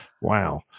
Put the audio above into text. Wow